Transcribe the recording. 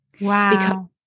Wow